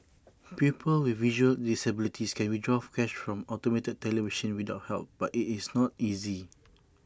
people with visual disabilities can withdraw cash from automated teller machines without help but IT is not easy